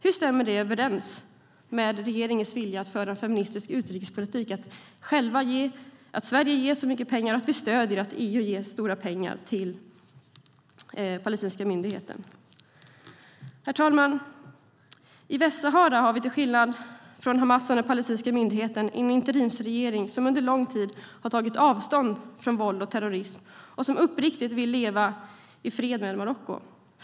Hur stämmer det överens med regeringens vilja att föra en feministisk utrikespolitik att Sverige ger så mycket pengar och att vi stöder att EU ger stora pengar till palestinska myndigheten? Herr talman! I Västsahara har vi till skillnad från när det gäller Hamas och den palestinska myndigheten en interimsregering som under lång tid har tagit avstånd från våld och terrorism och som uppriktigt vill leva i fred med Marocko.